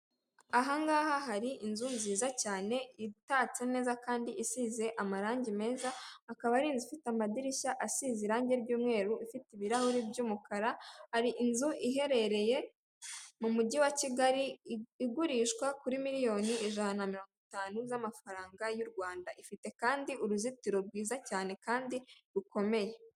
Aga ngaha hari inzu nziza cyane itatse neza kandi isize amarangi meza, akaba ari inzu ifite amadirishya asize irangi ry'umweru, ifite ibirahuri by'umukara, hari inzu iherereye mu mujyi wa kigali igurishwa kuri miliyoni ijana na mirongo itanu z'amafaranga y'u Rwanda. Ifite kandi uruzitiro rwiza cyane kandi rukomeye.